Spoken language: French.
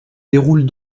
déroule